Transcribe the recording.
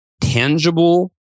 tangible